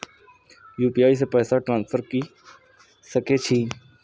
UPI से पैसा transfer की सके छी?